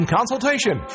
consultation